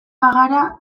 bagara